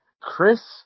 Chris